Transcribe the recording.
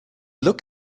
look